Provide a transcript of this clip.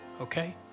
okay